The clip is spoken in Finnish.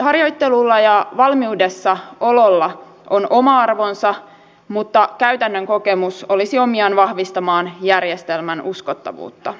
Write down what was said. harjoittelulla ja valmiudessa ololla on oma arvonsa mutta käytännön kokemus olisi omiaan vahvistamaan järjestelmän uskottavuutta